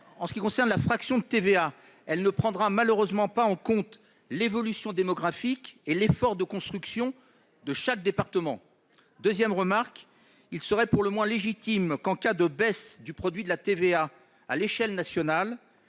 Premièrement, la fraction de TVA ne prendra malheureusement pas en compte l'évolution démographique et l'effort de construction de chaque département. Deuxièmement, il serait légitime qu'en cas de baisse du produit de la TVA à l'échelle nationale